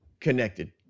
connected